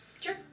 Sure